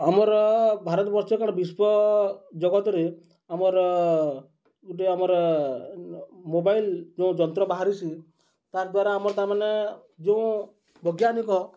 ଆମର ଭାରତବର୍ଷ କାଳ ବିଶ୍ଵ ଜଗତରେ ଆମର ଗୋଟେ ଆମର ମୋବାଇଲ ଯେଉଁ ଯନ୍ତ୍ର ବାହାରିଛି ତା'ଦ୍ୱାରା ଆମର ତା'ମାନେ ଯେଉଁ ବୈଜ୍ଞାନିକ